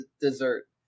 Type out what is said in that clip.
dessert